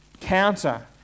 counter